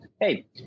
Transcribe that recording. hey